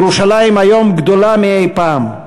ירושלים היום גדולה מאי-פעם,